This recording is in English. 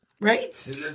Right